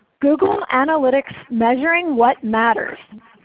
google analytics measuring what matters.